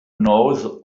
knows